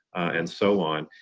and so on.